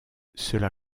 cela